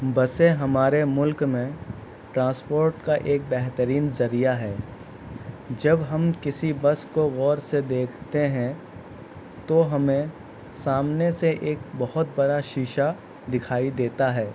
بسیں ہمارے ملک میں ٹرانسپورٹ کا ایک بہترین ذریعہ ہے جب ہم کسی بس کو غور سے دیکھتے ہیں تو ہمیں سامنے سے ایک بہت بڑا شیشہ دکھائی دیتا ہے